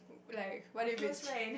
like what if it ch~